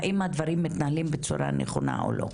האם הדברים מתנהלים בצורה נכונה או לא.